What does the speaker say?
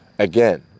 Again